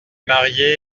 marié